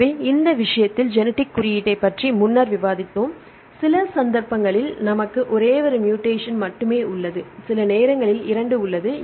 எனவே இந்த விஷயத்தில் ஜெனிட்டிக் குறியீட்டைப் பற்றி முன்னர் விவாதித்தோம் சில சந்தர்ப்பங்களில் நமக்கு ஒரே ஒரு மூடேசன் மட்டுமே உள்ளது சில நேரங்களில் 2 உள்ளது